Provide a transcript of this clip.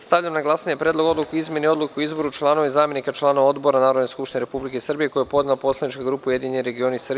Stavljam na glasanje Predlog odluke o izmeni Odluke o izboru članova i zamenika članova odbora Narodne Skupštine Republike Srbije, koji je podnela poslanička grupa Ujedinjeni Regioni Srbije, u celini.